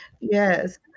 Yes